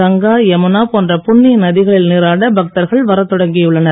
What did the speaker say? கங்கா யமுனா போன்ற புண்ணிய நதிகளில் நீராட பக்தர்கள் வரத் தொடங்கியுள்ளனர்